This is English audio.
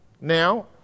now